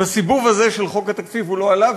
בסיבוב הזה של חוק התקציב הוא לא עלה,